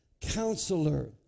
Counselor